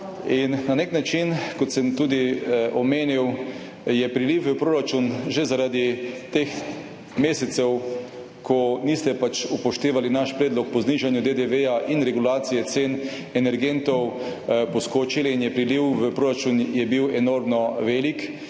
Na nek način, kot sem tudi omenil, je priliv v proračun že zaradi teh mesecev, ko niste upoštevali našega predloga za znižanje DDV in regulacijo cen energentov, poskočil in je bil priliv v proračun enormno velik,